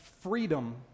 freedom